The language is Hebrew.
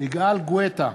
יגאל גואטה,